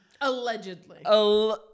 Allegedly